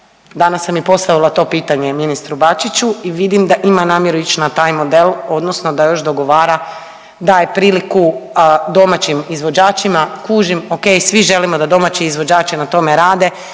Danas sam i postavila to pitanje ministru Bačiću i vidim da ima namjeru ić na taj model odnosno da još dogovara daje priliku domaćim izvođačima. Kužim, ok, svi želimo da domaći izvođači na tome rade,